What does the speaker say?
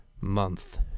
month